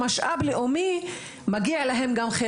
מהמשאב הלאומי הזה,